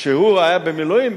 שהוא היה במילואים,